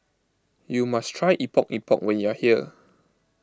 you must try Epok Epok when you are here